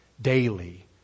daily